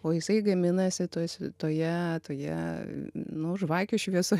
o jisai gaminasi tos toje toje nu žvakių šviesoj